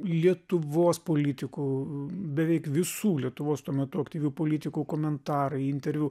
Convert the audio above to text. lietuvos politikų beveik visų lietuvos tuo metu aktyvių politikų komentarai interviu